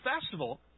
festival